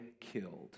killed